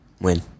Win